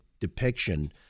depiction